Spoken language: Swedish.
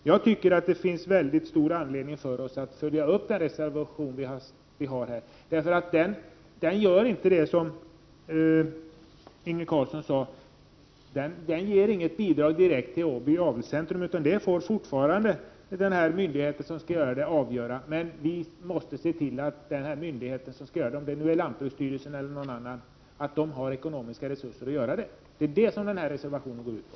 Jag tycker således att vi har mycket stor anledning att följa upp reservationen. I och för sig innebär den inte något direkt bidrag till Stiftelsen Bohus Avelscentrum — Åby Säteri. Berörd myndighet får avgöra den saken. Däremot måste vi se till att myndigheten i fråga — t.ex. lantbruksstyrelsen — har ekonomiska resurser. Det är också vad reservationen till betänkandet går ut på.